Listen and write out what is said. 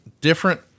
different